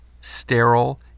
sterile